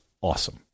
awesome